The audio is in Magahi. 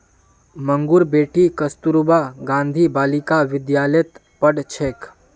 मंगूर बेटी कस्तूरबा गांधी बालिका विद्यालयत पढ़ छेक